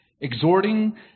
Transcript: exhorting